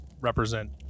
represent